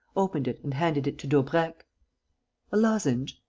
opened it and handed it to daubrecq a lozenge?